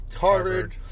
Harvard